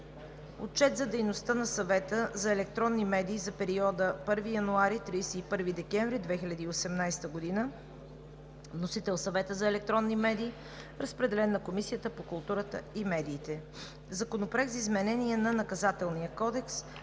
Отчет за дейността на Съвета за електронни медии за периода 1 януари – 31 декември 2018 г. Вносител е Съветът за електронни медии. Разпределен е на Комисията по културата и медиите. Законопроект за изменение на Наказателния кодекс.